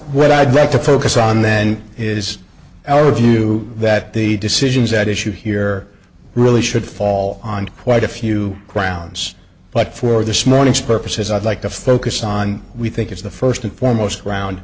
what i'd like to focus on then is our view that the decisions at issue here really should fall on quite a few grounds but for this morning's purposes i'd like to focus on we think it's the first and foremost round